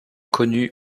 connu